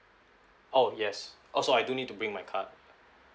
oh yes oh so I do need to bring my card